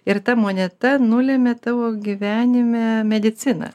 ir ta moneta nulėmė tavo gyvenime mediciną